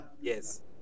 yes